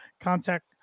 contact